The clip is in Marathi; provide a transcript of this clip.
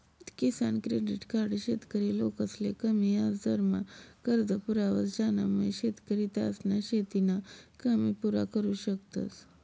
किसान क्रेडिट कार्ड शेतकरी लोकसले कमी याजदरमा कर्ज पुरावस ज्यानामुये शेतकरी त्यासना शेतीना कामे पुरा करु शकतस